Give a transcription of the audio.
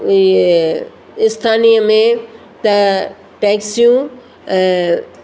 इहे इस्थानिय में त टैक्सियूं